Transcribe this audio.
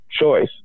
choice